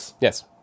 Yes